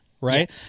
Right